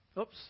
Oops